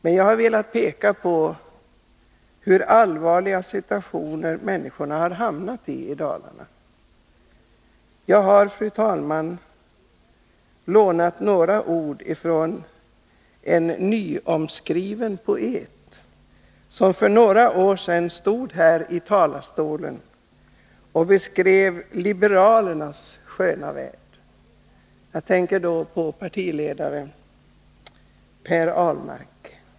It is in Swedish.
Men jag har velat peka på hur allvarliga situationer människorna i Dalarna hamnat i. Jag har, fru talman, lånat några ord från en nyomskriven poet, som för några år sedan stod här i talarstolen och beskrev liberalernas sköna värld. Jag tänker på förre partiledaren Per Ahlmark.